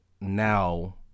now